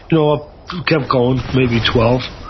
you know ah kept going, maybe twelve,